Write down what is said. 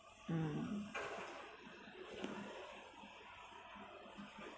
mm